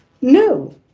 No